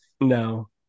No